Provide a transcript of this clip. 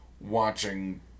watching